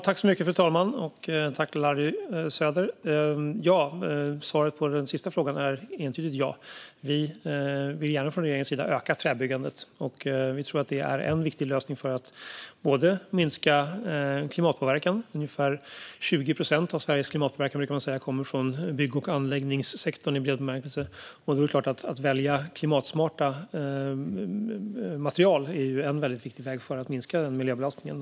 Fru talman! Svaret på den sista frågan är ett entydigt ja. Vi vill från regeringens sida gärna öka byggandet i trä. Vi tror att det är en viktig lösning för att minska klimatpåverkan. Man brukar säga att ungefär 20 procent av Sveriges klimatpåverkan kommer från bygg och anläggningssektorn i bred bemärkelse. Då är det klart att en väldigt viktig väg för att minska denna miljöbelastning är att välja klimatsmarta material.